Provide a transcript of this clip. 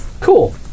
Cool